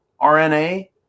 RNA